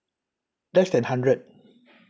less than hundred